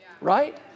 right